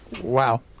Wow